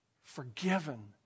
forgiven